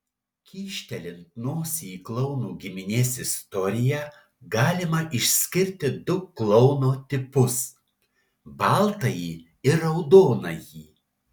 kyštelint nosį į klounų giminės istoriją galima išskirti du klouno tipus baltąjį ir raudonąjį